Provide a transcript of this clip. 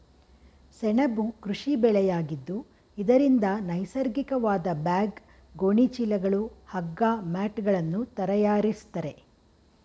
ಸೆಣಬು ಕೃಷಿ ಬೆಳೆಯಾಗಿದ್ದು ಇದರಿಂದ ನೈಸರ್ಗಿಕವಾದ ಬ್ಯಾಗ್, ಗೋಣಿ ಚೀಲಗಳು, ಹಗ್ಗ, ಮ್ಯಾಟ್ಗಳನ್ನು ತರಯಾರಿಸ್ತರೆ